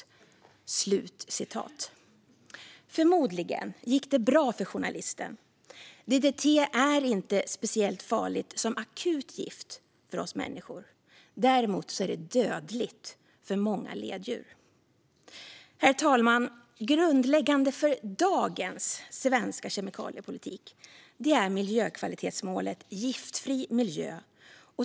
Förmodligen gick det bra för journalisten. DDT är inte speciellt farligt som akut gift för oss människor. Däremot är det dödligt för många leddjur. Herr talman! Grundläggande för dagens svenska kemikaliepolitik är miljökvalitetsmålet Giftfri miljö.